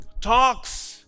talks